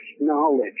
knowledge